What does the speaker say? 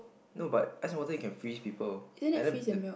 no but ice and water you can freeze people and then b~